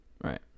Right